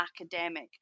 academic